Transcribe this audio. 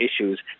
issues